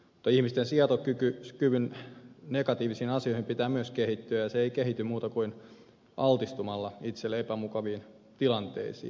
mutta ihmisten sietokyvyn negatiivisiin asioihin pitää myös kehittyä ja se ei kehity muuten kuin altistumalla itselle epämukaviin tilanteisiin